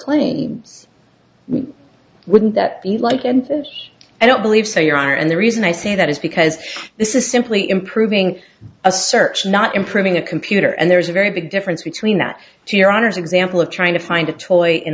we wouldn't that be like and i don't believe so your honor and the reason i say that is because this is simply improving a search not improving a computer and there's a very big difference between that to your honor's example of trying to find a toy in